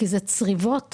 אלו הצריבות